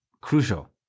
crucial